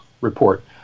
report